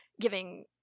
giving